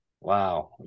wow